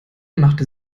machte